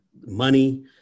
money